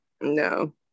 No